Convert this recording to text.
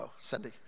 Cindy